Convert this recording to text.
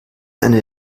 eine